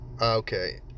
Okay